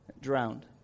drowned